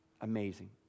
amazing